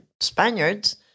Spaniards